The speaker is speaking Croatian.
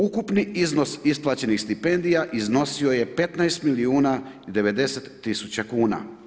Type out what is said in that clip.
Ukupni iznos isplaćenih stipendija iznosio je 15 milijuna i 90 tisuća kuna.